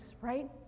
right